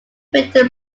winter